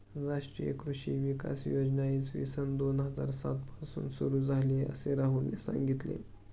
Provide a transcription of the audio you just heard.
राष्ट्रीय कृषी विकास योजना इसवी सन दोन हजार सात पासून सुरू झाली, असे राहुलने सांगितले